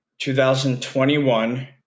2021